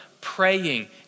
praying